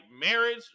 marriage